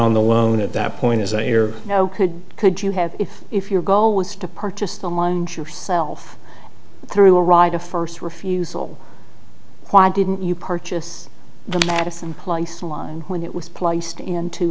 on the loan at that point as they are now could could you have it if your goal was to purchase the lunch yourself through a right of first refusal why didn't you purchase the madison place when it was placed into